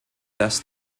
dass